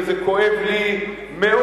וזה כואב לי מאוד,